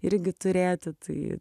irgi turėti tai